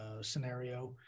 scenario